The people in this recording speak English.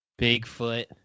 Bigfoot